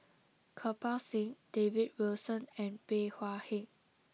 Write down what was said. Kirpal Singh David Wilson and Bey Hua Heng